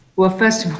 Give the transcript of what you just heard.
well, first we